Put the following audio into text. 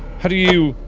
how do you.